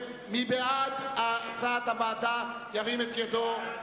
מי בעד, ירים את ידו.